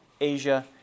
Asia